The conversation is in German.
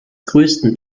größten